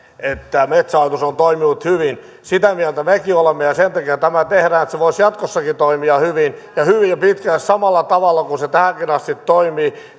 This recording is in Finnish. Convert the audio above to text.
metsähallitus on toiminut hyvin sitä mieltä mekin olemme ja sen takia tämä tehdään että se voisi jatkossakin toimia hyvin ja hyvin pitkälle samalla tavalla kuin se tähänkin asti toimi